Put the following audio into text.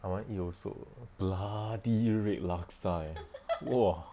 I want to eat also bloody red laksa eh !wah!